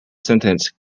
sentence